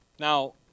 Now